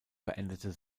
beendete